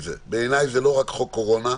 בעיני זה לא רק חוק קורונה.